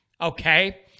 Okay